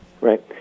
Right